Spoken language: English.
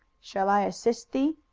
shall i assist thee?